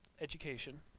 education